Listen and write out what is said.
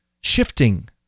shifting